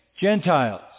Gentiles